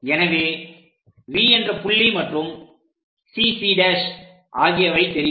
எனவே V என்ற புள்ளி மற்றும் CC' ஆகியவை தெரியும்